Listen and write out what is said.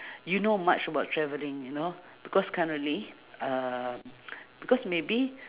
you know much about travelling you know because currently uh because maybe